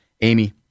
Amy